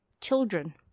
children